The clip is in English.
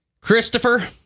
Christopher